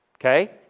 Okay